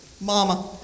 Mama